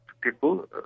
people